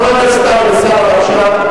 חבר הכנסת טלב אלסאנע, בבקשה.